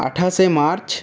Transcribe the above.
আঠাশে মার্চ